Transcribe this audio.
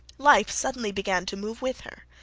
life suddenly began to move with her.